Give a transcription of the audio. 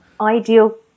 ideal